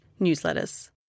newsletters